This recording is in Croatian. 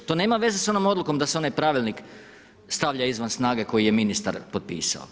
To nema veze s onom odlukom da se onaj pravilnik stavlja izvan snage, koji je ministar potpisao.